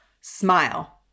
smile